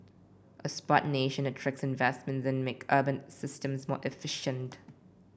a Smart Nation attracts investment and make urban systems more efficient